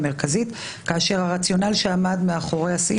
ולכן אמרנו שאם יש כאן התנגדות נחרצת לנוסח הזה,